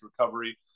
recovery